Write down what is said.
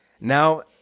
Now